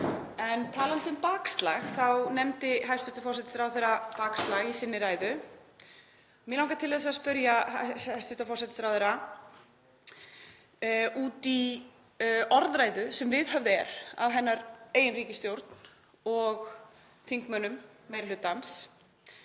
En talandi um bakslag þá nefndi hæstv. forsætisráðherra bakslag í sinni ræðu. Mig langar að spyrja hæstv. forsætisráðherra út í orðræðu sem viðhöfð er af hennar eigin ríkisstjórn og þingmönnum meiri hlutans